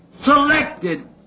selected